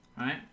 right